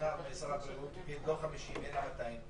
מחר משרד הבריאות יגיד: לא 50 אלא 200,